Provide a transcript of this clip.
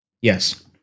Yes